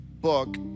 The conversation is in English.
book